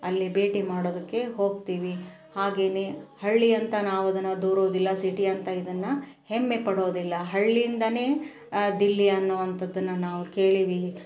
ಅಲ್ಲಿ ಭೇಟಿ ಮಾಡೋದಕ್ಕೆ ಹೋಗ್ತೀವಿ ಹಾಗೆ ಹಳ್ಳಿಯಂತ ನಾವದನ್ನು ದೂರುವುದಿಲ್ಲ ಸಿಟಿ ಅಂತ ಇದನ್ನು ಹೆಮ್ಮೆಪಡೋದಿಲ್ಲ ಹಳ್ಳಿಯಿಂದನೇ ದಿಲ್ಲಿ ಅನ್ನುವಂತದ್ದನ್ನು ನಾವು ಕೇಳೇವಿ